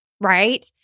Right